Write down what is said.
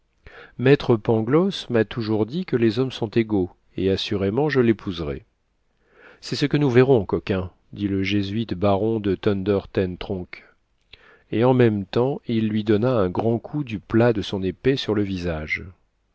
maître pangloss m'a toujours dit que les hommes sont égaux et assurément je l'épouserai